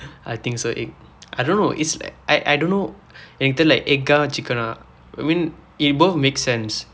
I think so i- I don't know it's like I I don't know எனக்கு தெரியல:enakku theriyala egg or chicken I mean it both make sense